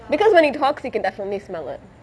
because when he talks you can definitely smell it